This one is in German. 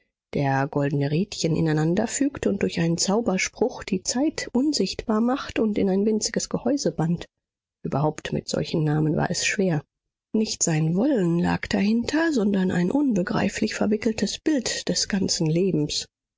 der goldene rädchen ineinander fügt und durch einen zauberspruch die zeit unsichtbar macht und in ein winziges gehäuse bannt überhaupt mit solchen namen war es schwer nicht sein wollen lag dahinter sondern ein unbegreiflich verwickeltes bild des ganzen lebens